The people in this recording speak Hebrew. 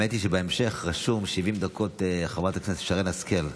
האמת היא שבהמשך רשום 70 דקות לחברת הכנסת שרן השכל.